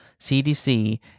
CDC